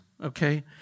okay